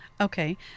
Okay